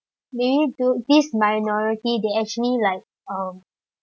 maybe th~ this minority they actually like um